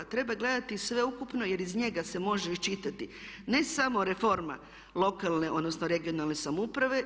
Treba gledati sveukupno, jer iz njega se može iščitati ne samo reforma lokalne, odnosno regionalne samouprave.